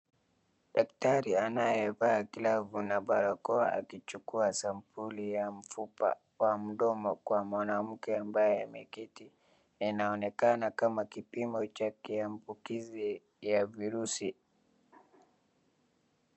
Daktari anayevaa glavu na barakoa akichukua sampuli ya mfupa wa mdomo kwa mwanamke ambaye ameketi. Inaonekana kama kipimo cha kiambukizi ya virusi.